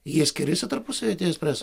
jie skiriasi tarpusavy tie espreso